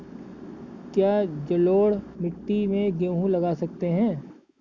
क्या जलोढ़ मिट्टी में गेहूँ लगा सकते हैं?